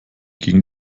gegen